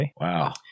Wow